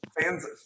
fans